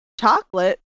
chocolate